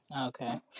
Okay